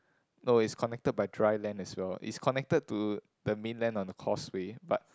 no it's connected by dry land as well it's connected to the main land on the causeway but